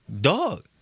dog